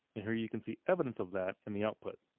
and here you can see evidence of that in the output.